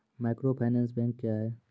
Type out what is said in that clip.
Microfinance bank क्या हैं?